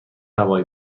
هوایی